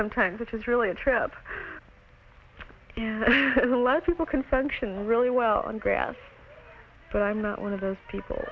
sometimes which is really a trip a lot of people can function really well on grass but i'm not one of those people